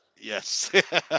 Yes